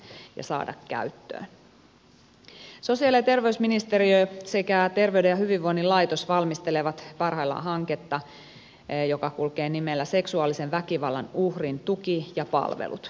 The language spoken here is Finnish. sosiaali ja terveysministeriö sekä terveyden ja hyvinvoinnin laitos valmistelevat parhaillaan hanketta joka kulkee nimellä seksuaalisen väkivallan uhrin tuki ja palvelut